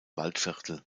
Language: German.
waldviertel